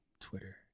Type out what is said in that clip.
Twitter